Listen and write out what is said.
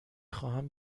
خواهم